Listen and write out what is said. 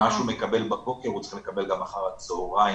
מה שהוא מקבל בבוקר הוא צריך לקבל גם אחר הצהריים,